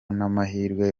n’amahirwe